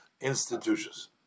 institutions